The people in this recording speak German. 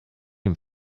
ihm